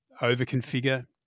overconfigure